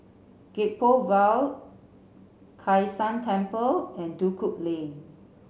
Gek Poh Ville Kai San Temple and Duku Lane